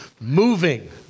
moving